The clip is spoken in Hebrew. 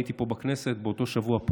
הייתי פה בכנסת באותו שבוע,